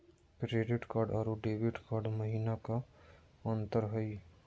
Credit card अरू debit card महिना का अंतर हई?